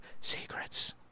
Secrets